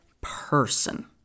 person